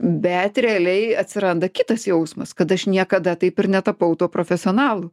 bet realiai atsiranda kitas jausmas kad aš niekada taip ir netapau tuo profesionalu